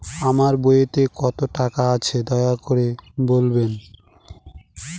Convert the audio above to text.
আমার বইতে কত টাকা আছে দয়া করে বলবেন?